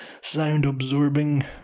sound-absorbing